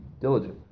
diligent